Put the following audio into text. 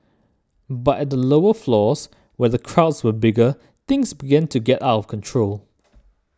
but at the lower floors where the crowds were bigger things began to get out of control